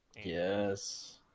yes